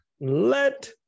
Let